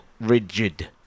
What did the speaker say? Rigid